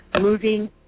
moving